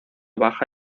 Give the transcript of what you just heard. baja